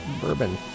bourbon